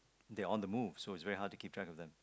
they're on the move so it's very hard to keep track of them